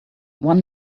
one